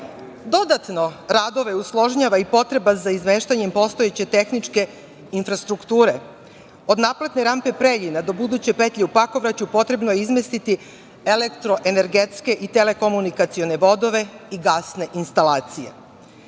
nasipa. Dodatno radove usložnjava i potreba za izmeštanjem postojeće tehničke infrastrukture. Od naplatne rampe Preljina do buduće petlje u Pakovraću potrebno je izmestiti elektroenergetske i telekomunikacione vodove i gasne instalacije. Na